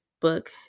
book